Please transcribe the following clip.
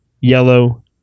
Yellow